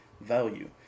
value